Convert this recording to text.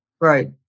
Right